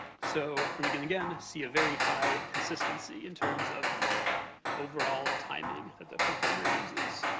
so, and we can again, see a very high consistency in terms of the overall timing that the performer uses.